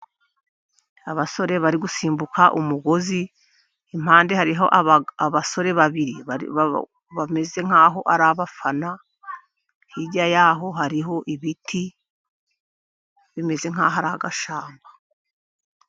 Abasore bari gusimbuka umugozi, impande hariho abasore babiri bameze nk'aho ari abafana, hirya y'aho hariho ibiti bimeze nk'aho ari agashamba.